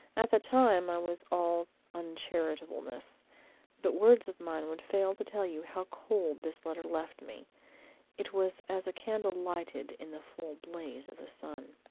at the time i was all uncharitableness but words of mine would fail to tell you how cold this letter left me it was as a candle lighted in the full blaze of the sun.